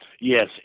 Yes